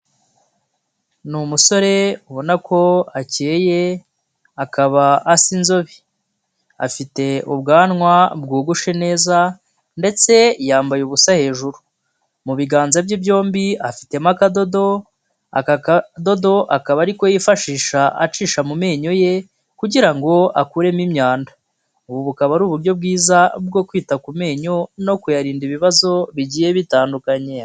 Ni umusore ubona ko akeye akaba asa inzobe, afite ubwanwa bwogoshe neza ndetse yambaye ubusa hejuru, mu biganza bye byombi afitemo akadodo, aka kadodo akaba ari ko yifashisha acisha mu menyo ye kugira ngo akuremo imyanda; ubu bukaba ari uburyo bwiza bwo kwita ku menyo no kuyarinda ibibazo bigiye bitandukanye.